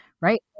right